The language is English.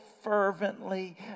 fervently